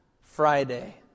Friday